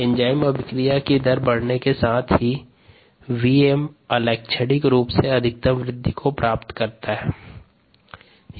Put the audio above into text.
enzyme अभिक्रिया की दर बढ़ने के साथ ही Vm अलैक्षणिक रूप से अधिकतम वृद्धि को प्राप्त करता है